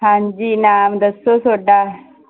ਹਾਂਜੀ ਨਾਮ ਦੱਸੋ ਤੁਹਾਡਾ